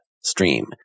stream